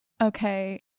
Okay